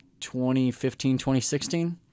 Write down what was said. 2015-2016